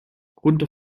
runter